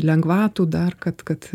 lengvatų dar kad kad